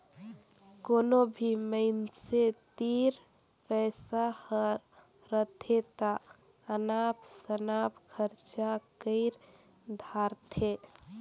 कोनो भी मइनसे तीर पइसा हर रहथे ता अनाप सनाप खरचा कइर धारथें